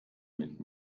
mit